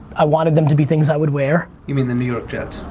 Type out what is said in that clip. i wanted them to be things i would wear. you mean the new york jets.